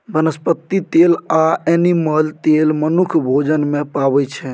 बनस्पति तेल आ एनिमल तेल मनुख भोजन मे पाबै छै